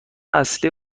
اصلی